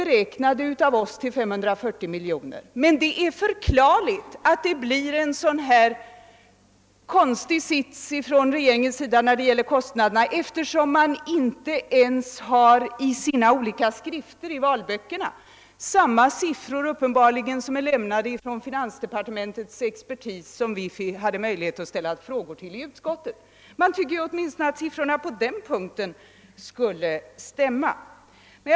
beräknat kostnaderna till 540 miljoner kronor, men det är förklarligt att det blir en konstig regeringssits i fråga om kostnaderna, eftersom man uppenbarligen inte ens i sina olika valskrifter använder samma siffror som den som läm nats av finansdepartementets expertis, som vi hade möjlighet ställa frågor till i utskottet. Man tycker att siffrorna borde stämma åtminstone på den punkten.